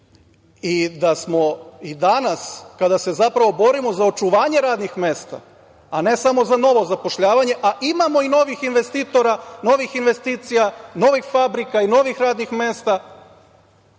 i da smo i danas kada se zapravo borimo za očuvanje radnih mesta, a ne samo za novo zapošljavanje, a imamo i novih investitora, novih investicija, novih fabrika i novih radnih mesta,